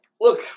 look